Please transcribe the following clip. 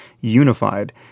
unified